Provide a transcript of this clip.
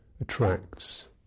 attracts